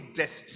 death